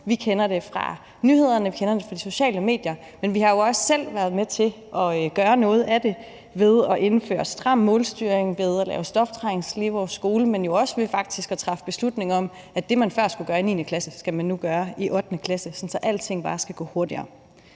Vi kender det fra nyhederne, vi kender det fra de sociale medier, men vi har jo også selv medvirket til noget af det ved at indføre stram målstyring, ved at lave stoftrængsel i vores skole, men faktisk også ved at træffe beslutning om, at det, man før skulle gøre i 9. klasse, skal man nu gøre i 8. klasse. Alting skal bare gå hurtigere.